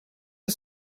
the